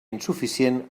insuficient